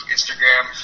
Instagram